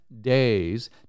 days